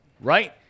Right